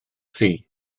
thŷ